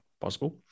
possible